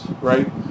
right